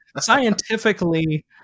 Scientifically